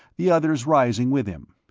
the others rising with him.